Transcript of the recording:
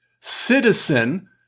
citizen